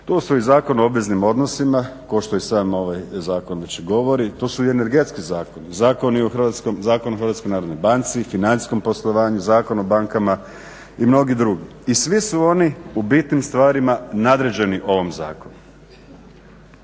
Tu su i Zakon o obveznim odnosima kao što i sam ovaj zakon već govori. Tu su i energetski zakoni, Zakon o Hrvatskoj narodnoj banci, financijskom poslovanju, Zakon o bankama i mnogi drugi. I svi su oni u bitnim stvarima nadređeni ovom zakonu.